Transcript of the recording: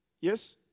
Yes